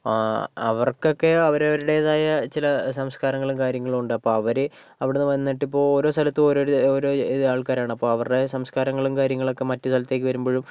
അവർക്കൊക്കെ അവരവരുടേതായ ചില സംസ്കാരങ്ങളും കാര്യങ്ങളും ഉണ്ട് അപ്പം അവര് അവിടന്ന് വന്നിട്ടിപ്പോൾ ഓരോ സ്ഥലത്തും ഓരോരോ ഓരോ ആൾക്കാരാണ് അപ്പോൾ അവരുടെ സംസ്കാരങ്ങളും കാര്യങ്ങളും ഒക്കെ മറ്റ് സ്ഥലത്തേക്ക് വരുമ്പഴും